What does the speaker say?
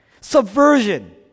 Subversion